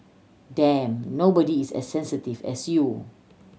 damn nobody is as sensitive as you